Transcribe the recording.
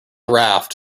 raft